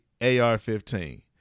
AR-15